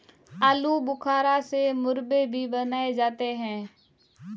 आलू बुखारा से मुरब्बे भी बनाए जाते हैं